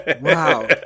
Wow